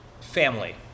family